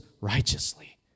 righteously